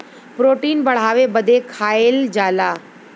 protein बढ़ावे बदे खाएल जाला